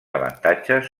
avantatges